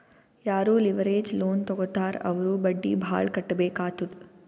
ಯಾರೂ leverage loan ತಗೋತ್ತಾರ್ ಅವ್ರು ಬಡ್ಡಿ ಭಾಳ್ ಕಟ್ಟಬೇಕ್ ಆತ್ತುದ್